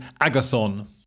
Agathon